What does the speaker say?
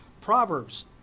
Proverbs